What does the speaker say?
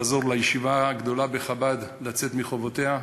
לעזור לישיבה הגדולה בחב"ד לצאת מחובותיה.